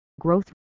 growth